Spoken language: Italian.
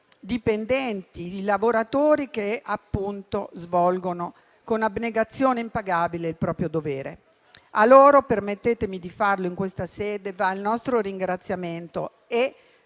dipendenti, lavoratori che, appunto, svolgono con abnegazione impagabile il proprio dovere. A loro - permettetemi di farlo in questa sede - va il nostro ringraziamento e,